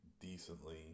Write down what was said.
decently